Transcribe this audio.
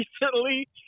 recently